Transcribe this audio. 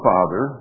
Father